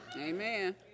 Amen